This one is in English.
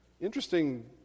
interesting